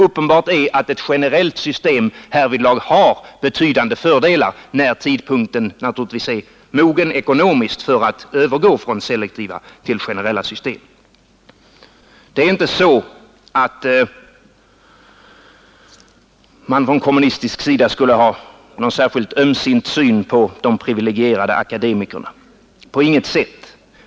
Uppenbart är att ett generellt system härvidlag har betydande fördelar, naturligtvis när tidpunkten är mogen ekonomiskt för att övergå från selektiva till generella system. Vi har inte från kommunistisk sida någon särskilt ömsint syn på de privilegierade akademikerna. På inget sätt.